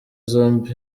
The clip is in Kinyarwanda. zombi